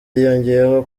yongeyeho